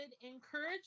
encourage